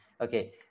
Okay